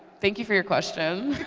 thank you for your question.